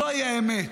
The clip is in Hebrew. זוהי האמת.